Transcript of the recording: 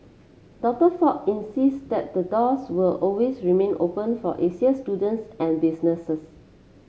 Doctor Fox insists that the doors will always remain open for Asian students and businesses